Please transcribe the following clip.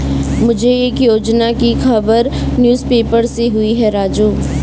मुझे एक योजना की खबर न्यूज़ पेपर से हुई है राजू